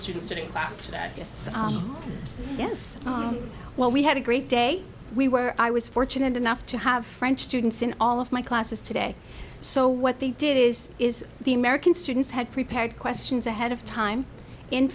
students today asked that yes yes well we had a great day we were i was fortunate enough to have french students in all of my classes today so what they did is is the american students had prepared questions ahead of time in